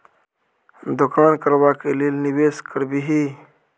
दोकान करबाक लेल निवेश करबिही